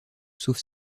sauf